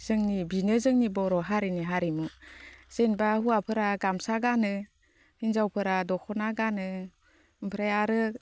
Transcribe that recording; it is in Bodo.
जोंनि बेनो जोंनि बर' हारिनि हारिमु जेनेबा हौवाफोरा गामसा गानो हिन्जावफोरा दखना गानो ओमफ्राय आरो